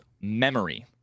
memory